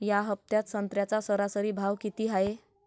या हफ्त्यात संत्र्याचा सरासरी भाव किती हाये?